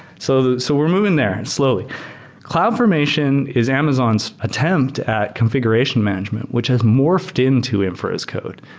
so so we're moving there slowly cloud formation is amazon's attempt at configuration management, which has morphed into in for as code.